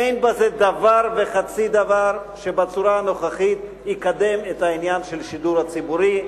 אין בזה דבר וחצי דבר שבצורה הנוכחית יקדם את העניין של השידור הציבורי.